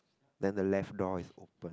then the left door is open